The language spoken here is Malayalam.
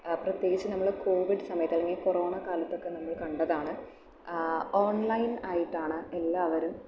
പ്രത്യേകിച്ചു നമ്മൾ കോവിഡ് സമയത്ത് അല്ലെങ്കിൽ കൊറോണ കാലത്ത് ഒക്കെ നമ്മൾ കണ്ടതാണ് ഓൺലൈൻ ആയിട്ടാണ് എല്ലാവരും